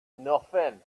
nothing